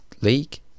League